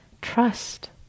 trust